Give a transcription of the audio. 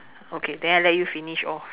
okay then I let you finish all